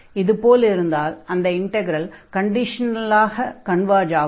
இதுபோல் இருந்தால் அந்த இன்டக்ரல் கண்டிஷனலாக கன்வர்ஜ் ஆகும்